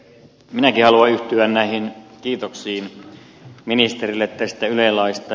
minäkin haluan yhtyä näihin kiitoksiin ministerille tästä yle laista